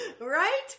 Right